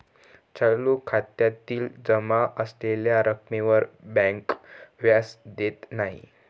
चालू खात्यातील जमा असलेल्या रक्कमेवर बँक व्याज देत नाही